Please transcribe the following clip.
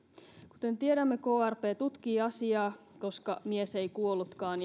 kuten tiedämme krp tutkii asiaa koska mies ei kuollutkaan